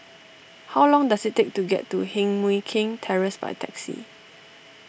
how long does it take to get to Heng Mui Keng Terrace by taxi